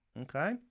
okay